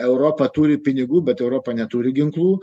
europa turi pinigų bet europa neturi ginklų